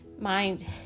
Mind